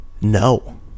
No